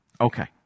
okay